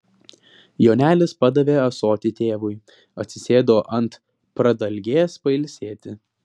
jonelis padavė ąsotį tėvui atsisėdo ant pradalgės pailsėti